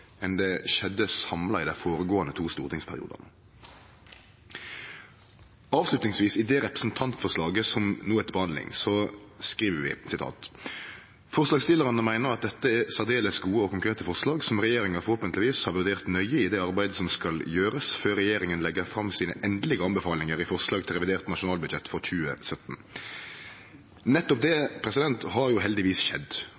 enn det skjedde samla i dei føregåande to stortingsperiodane. Som avslutting til det representantforslaget som no er til behandling, skriv vi: «Forslagsstillerne mener at dette er særdeles gode og konkrete forslag som regjeringen forhåpentligvis har vurdert nøye i det arbeidet som skal gjøres før regjeringen legger fram sine endelige anbefalinger i forslag til revidert nasjonalbudsjett for 2017.» Nettopp det har heldigvis skjedd